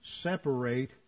separate